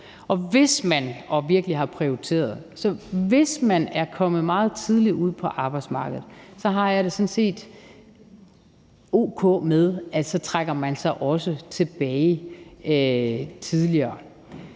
hvis man er kommet meget tidligt ud på arbejdsmarkedet, har jeg det sådan set o.k. med, at man så også trækker sig tilbage tidligere,